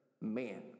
man